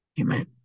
Amen